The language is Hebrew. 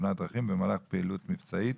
תאונת דרכים במהלך פעילות מבצעית.